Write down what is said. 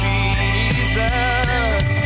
Jesus